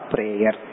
Prayer